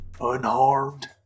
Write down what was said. unharmed